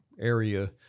area